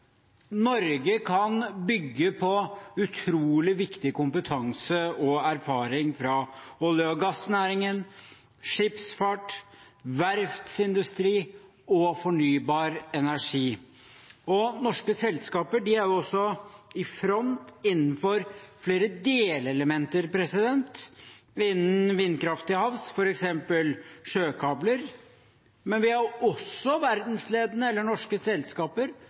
Norge kan bygge på utrolig viktig kompetanse og erfaring fra olje- og gassnæringen, fra skipsfart, verftsindustri og fornybar energi. Norske selskaper er i front når det gjelder flere delelementer innen vindkraft til havs, f.eks. sjøkabler, men norske selskaper er også verdensledende